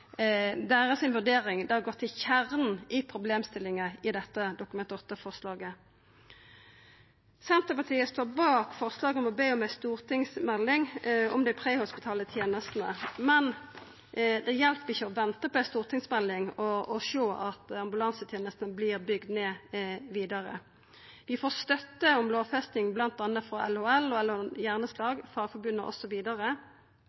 deira vurdering går til kjernen av problemstillinga i dette Dokument 8-forslaget. Senterpartiet – med fleire – står bak forslaget til vedtak om å be om ei stortingsmelding om dei prehospitale tenestene, men det hjelper ikkje å venta på ei stortingsmelding og sjå at ambulansetenesta vert bygd vidare ned. Vi får støtte til lovfesting frå bl.a. LHL og